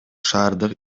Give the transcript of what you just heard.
шаардык